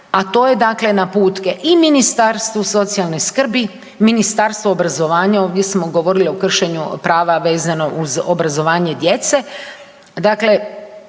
a to je dakle naputke i Ministarstvu socijalne skrbi, Ministarstvu obrazovanja. Ovdje smo govorili o kršenju prava vezano uz obrazovanje djece.